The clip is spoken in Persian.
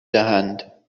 دهند